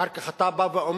אחר כך אתה בא ואומר: